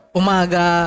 umaga